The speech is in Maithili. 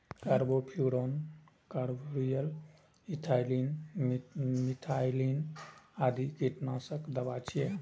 कार्बोफ्यूरॉन, कार्बरिल, इथाइलिन, मिथाइलिन आदि कीटनाशक दवा छियै